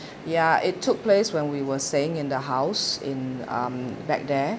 ya it took place when we were staying in the house in um back there